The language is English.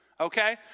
Okay